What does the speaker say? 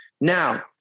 Now